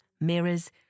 mirrors